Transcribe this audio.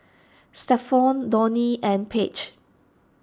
Stephon Donie and Paige